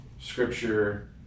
Scripture